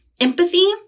empathy